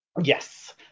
Yes